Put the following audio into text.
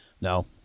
no